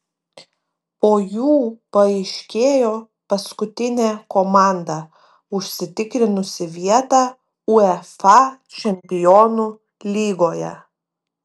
po jų paaiškėjo paskutinė komanda užsitikrinusi vietą uefa čempionų lygoje